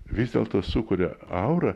vis dėlto sukuria aurą